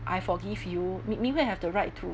I forgive you ming~ ming hui have the right to